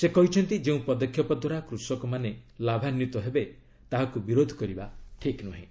ସେ କହିଛନ୍ତି ଯେଉଁ ପଦକ୍ଷେପ ଦ୍ୱାରା କୃଷକମାନେ ଲାଭାନ୍ୱିତ ହେବେ ତାହାକୁ ବିରୋଧ କରିବା ଠିକ୍ ନୁହେଁ